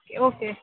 okay